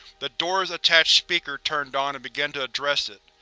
the door's attached speaker turned on and began to address it.